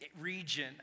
region